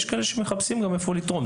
יש כאלה שמחפשים איפה לתרום,